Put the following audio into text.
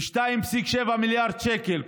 ב-2.7 מיליארד שקל.